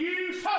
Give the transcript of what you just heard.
use